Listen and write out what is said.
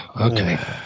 Okay